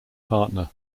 partner